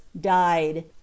died